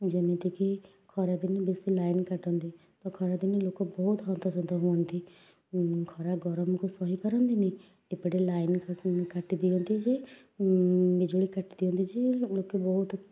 ଯେମିତି କି ଖରାଦିନେ ବେଶି ଲାଇନ୍ କାଟନ୍ତି ତ ଖରାଦିନେ ଲୋକ ବହୁତ ହନ୍ତସନ୍ତ ହୁଅନ୍ତି ଖରା ଗରମକୁ ସହି ପାରନ୍ତିନି ଏପଟେ ଲାଇନ୍ କାଟି ଦିଅନ୍ତି ଯେ ବିଜୁଳି କାଟି ଦିଅନ୍ତି ଯେ ଲୋକ ବହୁତ